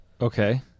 Okay